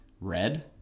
red